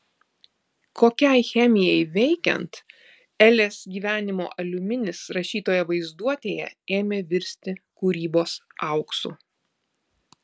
kokiai chemijai veikiant elės gyvenimo aliuminis rašytojo vaizduotėje ėmė virsti kūrybos auksu